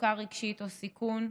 מצוקה רגשית או סיכון,